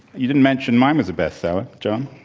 you didn't mention mine was a bestseller, john.